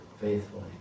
faithfully